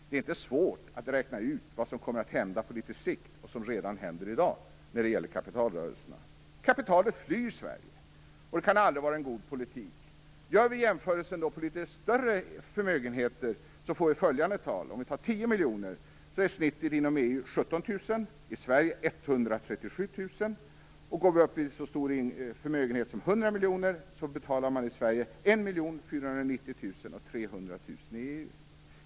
Det är inte svårt att räkna ut vad som kommer att hända på litet sikt och som redan händer i dag när det gäller kapitalrörelserna. Kapitalet flyr Sverige, och det kan aldrig vara god politik. Gör vi jämförelserna på litet större förmögenheter får vi följande tal. En förmögenhet på 10 miljoner kronor ger i snitt inom EU 17 000 kr i skatt och i Sverige 137 000 kr. Har man en så stor förmögenhet som 100 miljoner kronor betalar man i Sverige i förmögenhetsskatt 1 490 000 kr och 300 000 kr i EU.